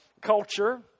Culture